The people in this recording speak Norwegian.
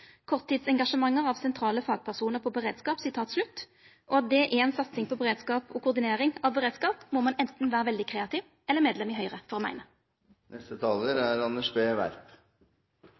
av sentrale fagpersoner» innan beredskap, og at det er ei satsing på beredskap og koordinering av beredskap må ein enten vera veldig kreativ eller medlem i Høgre for å